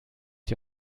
die